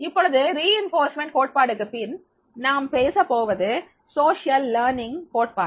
இப்பொழுது வலுவூட்டல் கோட்பாடுக்கு பின் நாம் பேசப்போவது சமூக கற்றல் கோட்பாடு